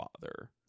father